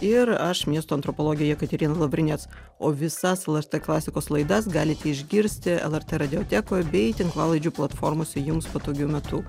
ir aš miesto antropologė jekaterina lavrinec o visas lrt klasikos laidas galite išgirsti lrt radiotekoj bei tinklalaidžių platformose jums patogiu metu